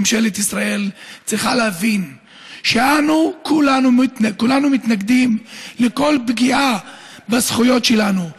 ממשלת ישראל צריכה להבין שכולנו מתנגדים לכל פגיעה בזכויות שלנו.